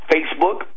Facebook